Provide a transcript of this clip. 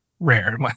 Rare